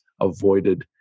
avoided